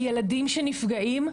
כי ילדים שנפגעים,